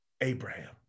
Abraham